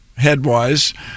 headwise